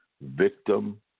victim